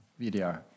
VDR